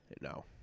no